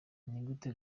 nigute